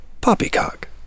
poppycock